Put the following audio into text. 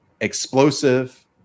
explosive